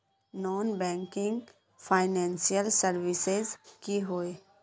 Non banking financial services की होय?